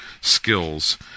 skills